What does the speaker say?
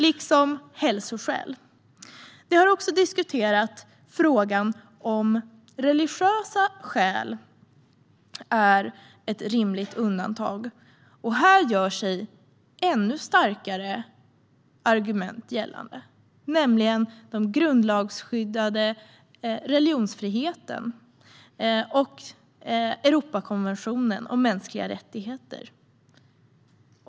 Vi har också diskuterat frågan om huruvida religiösa skäl är ett rimligt undantag. Här gör sig ännu starkare argument gällande, nämligen den grundlagsskyddade religionsfriheten och Europakonventionen om mänskliga rättigheter.